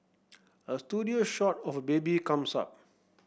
a studio shot of a baby comes up